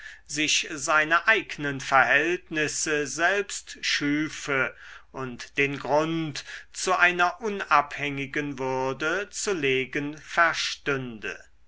sich seine eignen verhältnisse selbst schüfe und den grund zu einer unabhängigen würde zu legen verstünde